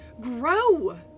Grow